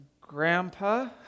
Grandpa